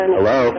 Hello